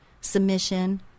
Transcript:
submission